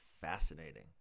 fascinating